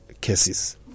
cases